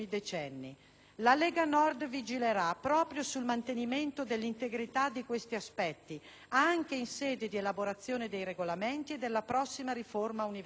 La Lega Nord vigilerà proprio sul mantenimento dell'integrità di questi aspetti anche in sede di elaborazione dei regolamenti e della prossima riforma universitaria.